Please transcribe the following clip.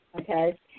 Okay